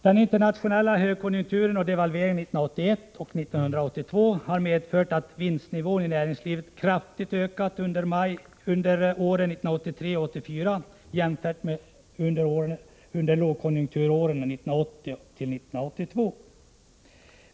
Den internationella högkonjunkturen och devalveringarna 1981 och 1982 har medfört att vinstnivån i näringslivet kraftigt ökat under åren 1983 och 1984 jämfört med under lågkonjunkturåren 1980-1982.